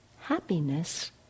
happiness